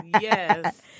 yes